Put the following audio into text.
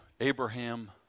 Abraham